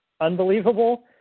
unbelievable